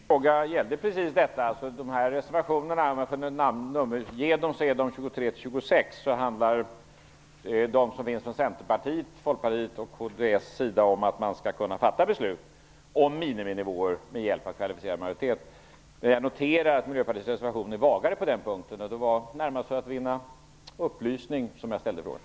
Herr talman! Min fråga gällde precis detta. Av de här reservationerna - nr 23-26 - handlar de som kommer från Centerpartiet, Folkpartiet och kds om att man skall kunna fatta beslut om miniminivåer med hjälp av kvalificerad majoritet. Jag noterar att Miljöpartiets reservation är vagare på den punkten, och det var närmast för att vinna upplysning som jag ställde frågan.